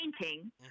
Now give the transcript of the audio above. painting